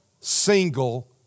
single